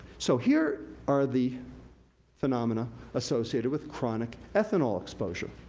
so, here are the phenomena associated with chronic ethanol exposure.